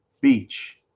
beach